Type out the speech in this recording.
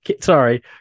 sorry